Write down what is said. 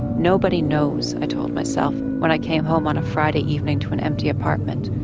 nobody knows i told myself when i came home on a friday evening to an empty apartment,